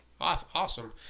Awesome